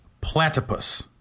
platypus